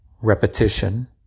Repetition